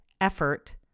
effort